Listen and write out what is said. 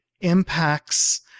impacts